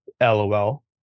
lol